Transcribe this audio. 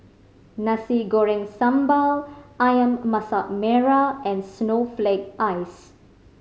Nasi Goreng Sambal Ayam Masak Merah and snowflake ice